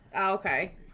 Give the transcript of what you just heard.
Okay